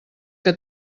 que